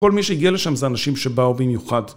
כל מי שהגיע לשם זה אנשים שבאו במיוחד.